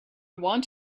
want